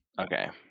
Okay